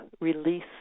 release